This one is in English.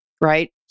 right